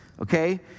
Okay